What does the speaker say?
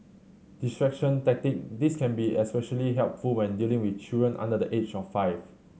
distraction tactic this can be especially helpful when dealing with children under the age of five